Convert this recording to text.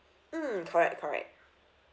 mm correct correct